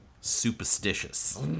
Superstitious